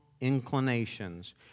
inclinations